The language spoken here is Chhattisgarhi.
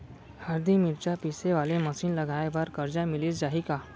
हरदी, मिरचा पीसे वाले मशीन लगाए बर करजा मिलिस जाही का?